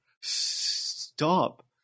Stop